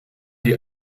die